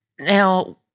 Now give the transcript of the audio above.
Now